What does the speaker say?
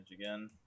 again